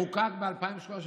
חוקק ב-2013.